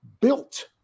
built